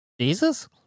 Jesus